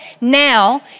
Now